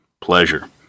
Pleasure